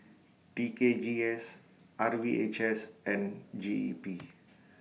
T K G S R V H S and G E P